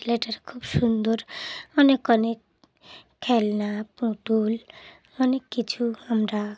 ছেলেটার খুব সুন্দর অনেক অনেক খেলনা পুতুল অনেক কিছু আমরা